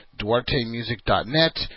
DuarteMusic.net